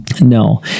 No